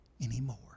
anymore